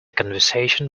conversation